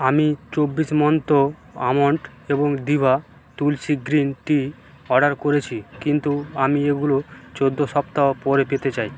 আমি চব্বিশ মন্ত্র আমন্ড এবং ডিভা তুলসি গ্রিন টি অর্ডার করেছি কিন্তু আমি এগুলো চৌদ্দো সপ্তাহ পরে পেতে চাই